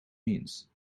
means